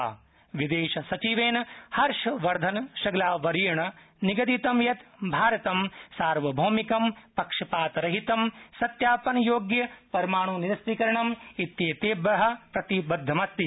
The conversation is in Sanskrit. विदेश सचिव विदेश सचिवेन हर्षवर्धन श्रृंगला वर्षेण निगदितं यत् भारतं सार्वभौमिकं पक्षपात रहितं सत्यापन योग्यपरमाण् निरस्त्रीकरणं इत्येतेभ्यः प्रतिबद्धमस्ति